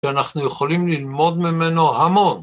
שאנחנו יכולים ללמוד ממנו המון